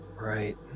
Right